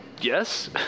Yes